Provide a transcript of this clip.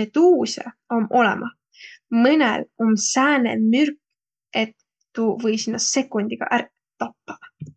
meduusõ om olõmah. Mõnõl om sääne mürk, et tuu või sinno sekundiga ärq tappaq.